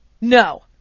No